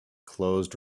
closed